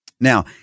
Now